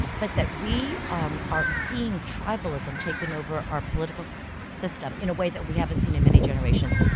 but that we um are seeing tribalism taken over our political system in a way that we haven't seen in many generations.